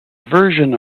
version